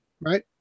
Right